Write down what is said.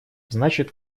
значит